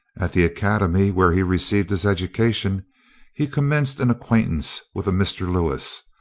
at the academy where he received his education he commenced an acquaintance with a mr. lewis,